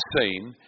seen